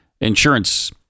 insurance